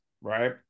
right